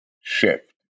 shift